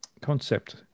concept